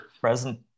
Present